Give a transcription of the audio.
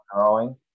growing